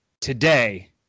today